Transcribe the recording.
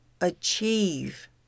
achieve